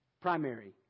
primary